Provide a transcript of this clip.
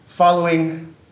Following